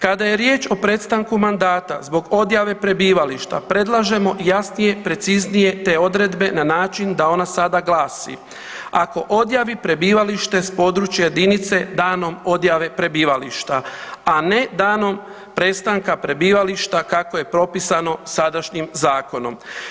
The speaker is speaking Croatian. Kada je riječ o prestanku mandata zbog odjave prebivališta predlažemo jasnije, preciznije te odredbe na način da ona sada glasi: Ako odjavi prebivalište s područja jedinice danom odjave prebivališta, a ne danom prestanka prebivališta kako je propisano sadašnjim zakonom.